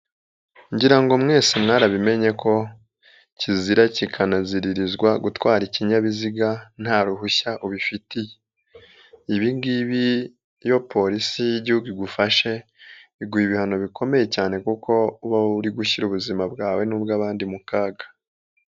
Ngira ngo mwese mwarabimenye ko kizira kikanaziririzwa gutwara ikinyabiziga nta ruhushya ubifitiye, ibi ngibi iyo polisi y'Igihugu igufashe iguha ibihano bikomeye cyane kuko uba uri gushyira ubuzima bwawe n'ubw'abandi mu kaga.